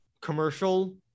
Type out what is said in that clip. commercial